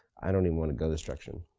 i don't even wanna go this direction.